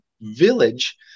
village